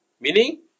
Meaning